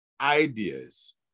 ideas